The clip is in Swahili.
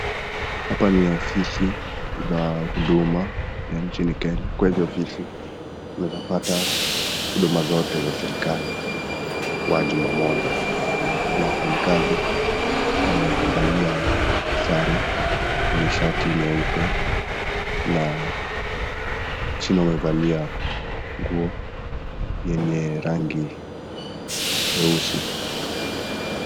Hapa ni ofisi za huduma ya nchini Kenya. kwa hizi ofisi unaweza pata huduma zote za serikali kwa jumba moja. Kuna wafanyikazi wamevalia sare. Ni shati nyeupe na chini wamevalia nguo yenye rangi mweusi.